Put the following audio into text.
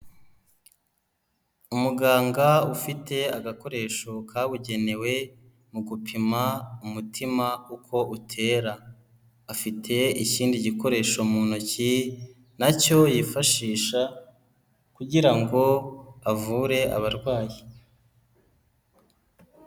Umuganga ufite agakoresho kabugenewe mu gupima umutima uko utera, afite ikindi gikoresho mu ntoki na cyo yifashisha kugira ngo avure abarwayi.